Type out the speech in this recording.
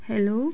hello